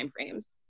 timeframes